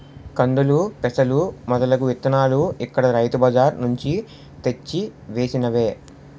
కందులు, పెసలు మొదలగు ఇత్తనాలు ఇక్కడ రైతు బజార్ నుంచి తెచ్చి వేసినవే